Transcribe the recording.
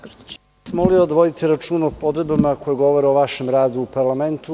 Samo bih vas molio da vodite računa o odredbama koje govore o vašem radu u parlamentu.